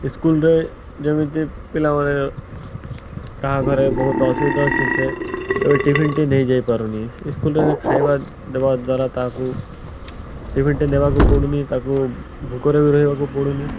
ସ୍କୁଲ୍ରେ ଯେମିତି ପିଲାମାନେ କାହା ଘରେ ବହୁତ ଅସୁବିଧା ଅଛି ସେ ଏବେ ଟିଫନ୍ଟି ନେଇ ଯାଇପାରୁନି ସ୍କୁଲ୍ରେ ଖାଇବା ଦେବା ଦ୍ୱାରା ତାହାକୁ ଟିଫିନ୍ଟେ ନେବାକୁ ପଡ଼ୁନି ତା'କୁ ଭୋକରେ ବି ରହିବାକୁ ପଡ଼ୁନି